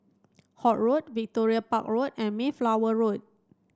Holt Road Victoria Park Road and Mayflower Road